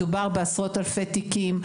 מדובר בעשרות אלפי תיקים.